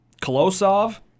Kolosov